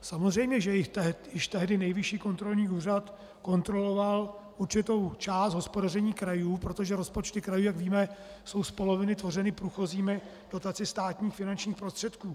Samozřejmě, že již tehdy Nejvyšší kontrolní úřad kontroloval určitou část hospodaření krajů, protože rozpočty krajů, jak víme, jsou z poloviny tvořeny průchozími dotacemi státních finančních prostředků.